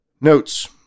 Notes